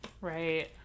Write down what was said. Right